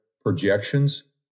projections